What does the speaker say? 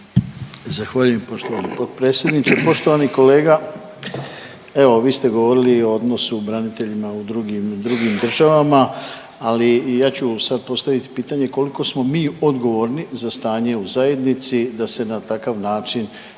Zahvaljujem poštovani potpredsjedniče. Poštovani kolega, evo vi ste govorili i o odnosu braniteljima u drugim, u drugim državama, ali ja ću sad postaviti pitanje koliko smo mi odgovorni za stanje u zajednici da se na takav način govori